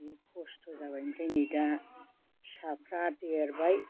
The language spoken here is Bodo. जि खस्थ' जाबाय आमफ्राय नै दा फिसाफ्रा देरबाय